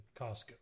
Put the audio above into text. Costco